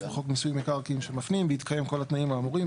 בחוק מיסוי מקרקעין בהתקיים כל התנאים האמורים.